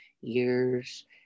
years